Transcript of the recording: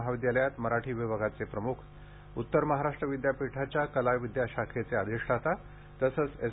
महाविद्यालयात मराठी विभागाचे प्रमुख उत्तर महाराष्ट्र विद्यापीठाच्या कला विद्याशाखेचे अधिष्ठाता तसेच एस